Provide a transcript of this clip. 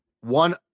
one